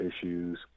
issues